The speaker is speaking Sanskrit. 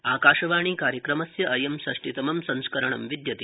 आकाशवाणी कार्यक्रमस्य अयं षष्टितमं संस्करणं विदयते